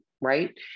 right